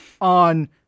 on